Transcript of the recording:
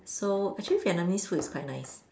so actually Vietnamese food is quite nice